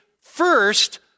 first